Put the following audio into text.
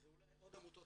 ואולי עוד עמותות,